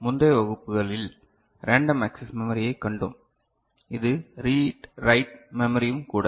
முந்தைய வகுப்புகளில் random access மெமரியை கண்டோம் இது ரீட் ரைட் மெமரியும் கூட